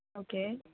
okay